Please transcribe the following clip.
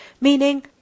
Meaning